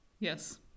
Yes